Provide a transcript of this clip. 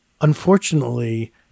unfortunately